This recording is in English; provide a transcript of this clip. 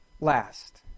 last